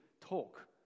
talk